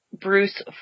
Bruce